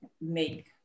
make